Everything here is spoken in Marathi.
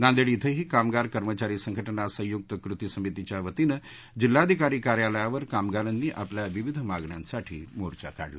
नांदेड श्विंही कामगार कर्मचारी संघटना संयुक्त कृती समितीच्या वतीनं जिल्हाधिकारी कार्यालयावर कामगारांनी आपल्या विविधमागण्यांसाठी मोर्चा काढला